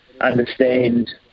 understand